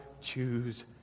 choose